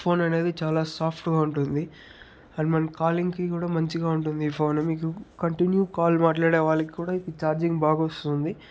phone అనేది చాలా సాఫ్ట్గా ఉంటుంది అండ్ మన కాలింగ్కి కూడా మంచిగా ఉంటుంది ఈ ఫోన్ మీకు కంటిన్యూ కాల్ మాట్లాడుకునే వాళ్ళకి కూడా ఈ ఫోన్ ఛార్జింగ్ బాగొస్తుంది